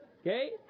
Okay